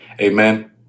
Amen